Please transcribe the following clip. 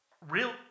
real